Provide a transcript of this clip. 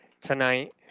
tonight